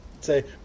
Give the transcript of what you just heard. say